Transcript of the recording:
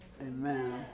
Amen